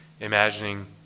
imagining